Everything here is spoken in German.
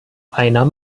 einer